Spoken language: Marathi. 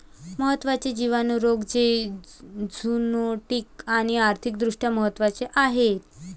महत्त्वाचे जिवाणू रोग जे झुनोटिक आणि आर्थिक दृष्ट्या महत्वाचे आहेत